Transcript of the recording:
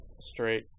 straight